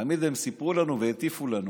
תמיד הם סיפרו לנו והטיפו לנו